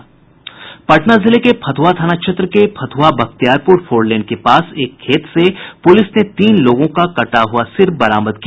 पटना जिले के फतुहा थाना क्षेत्र के फतुहा बख्तियारपुर फोरलेन के पास एक खेत से पुलिस ने तीन लोगों का कटा हुआ सिर बरामद किया